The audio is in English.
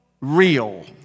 real